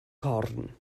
corn